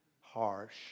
harsh